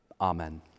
Amen